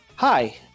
Hi